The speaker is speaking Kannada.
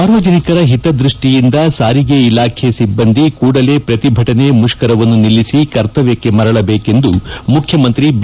ಸಾರ್ವಜನಿಕರ ಹಿತದೃಷ್ಟಿಯಿಂದ ಸಾರಿಗೆ ಇಲಾಖೆ ಸಿಬ್ಬಂದಿ ಕೂಡಲೇ ಪ್ರತಿಭಟನೇ ಮುಷ್ಕರವನ್ನು ನಿಲ್ಲಿಸಿ ಕರ್ತವ್ಚಕ್ಷೆ ಮರಳಬೇಕೆಂದು ಮುಖ್ಜಮಂತ್ರಿ ಬಿ